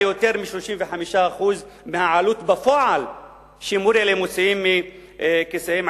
יותר מ-35% מהעלות בפועל שמורים אלה מוציאים מכיסיהם,